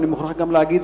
ואני מוכרח להגיד,